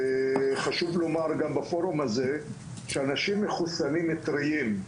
חשוב לומר גם בפורום הזה שאנשים מחוסנים טריים,